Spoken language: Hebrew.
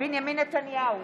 בנימין נתניהו,